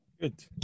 Good